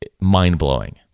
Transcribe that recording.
mind-blowing